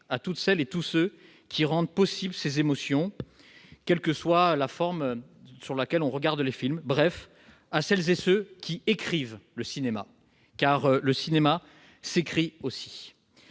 à toutes celles et tous ceux qui rendent possibles ces émotions, quelle que soit la forme sous laquelle on regarde les films, bref à celles et ceux qui écrivent le cinéma, car le cinéma s'écrit aussi.